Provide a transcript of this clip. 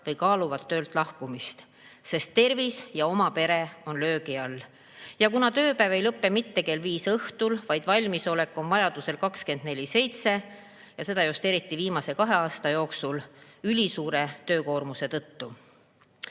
või kaaluvad töölt lahkumist, sest tervis ja oma pere on löögi all, kuna tööpäev ei lõpe mitte kell viis õhtul, vaid valmisolek selleks peab olema vajaduse korral 24/7, seda just eriti viimase kahe aasta jooksul ülisuure töökoormuse